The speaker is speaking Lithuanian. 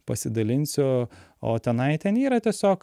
pasidalinsiu o tenai ten yra tiesiog